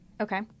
Okay